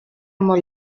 molt